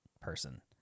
person